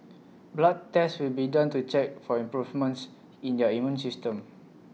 blood tests will be done to check for improvements in their immune systems